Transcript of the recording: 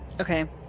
Okay